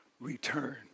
return